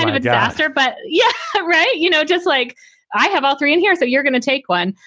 ah but yeah laughter. but, yeah, right. you know, just like i have all three in here. so you're gonna take one.